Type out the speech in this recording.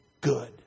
good